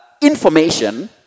information